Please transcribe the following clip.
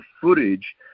footage